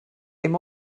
him